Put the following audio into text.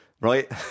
right